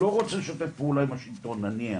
לא רוצה לשתף פעולה עם השלטון נניח,